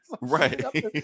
right